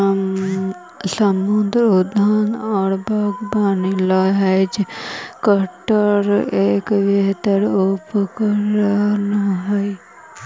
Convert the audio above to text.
सुन्दर उद्यान और बागवानी ला हैज कटर एक बेहतर उपकरण हाई